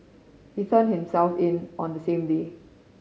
he turned himself in on the same day